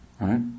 right